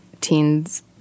teens